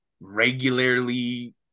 regularly